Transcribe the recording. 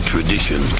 Tradition